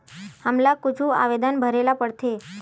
हमला कुछु आवेदन भरेला पढ़थे?